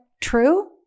true